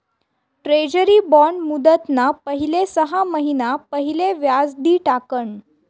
treasury bond मुदतना पहिले सहा महिना पहिले व्याज दि टाकण